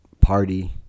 party